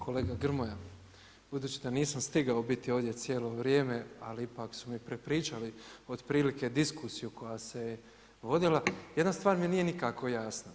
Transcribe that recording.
Kolega Grmoja, budući da nisam stigao biti ovdje cijelo vrijeme, ali ipak su mi prepričali otprilike diskusiju koja se je vodila, jedna stvar mi nije nikako jasna.